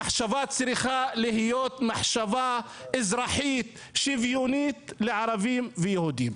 המחשבה צריכה להיות מחשבה אזרחית שוויונית לערבים וליהודים.